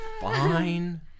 Fine